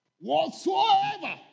Whatsoever